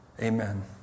Amen